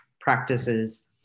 practices